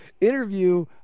interview